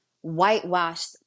whitewashed